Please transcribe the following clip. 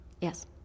Yes